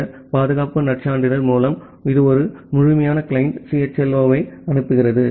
இந்த பாதுகாப்பு நற்சான்றிதழ் மூலம் இது ஒரு முழுமையான கிளையன்ட் CHLO ஐ அனுப்புகிறது